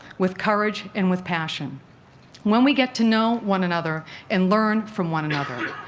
with courage and with passion when we get to know one another and learn from one another.